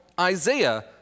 Isaiah